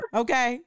okay